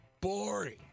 boring